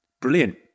Brilliant